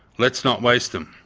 let's not waste them.